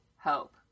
hope